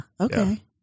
Okay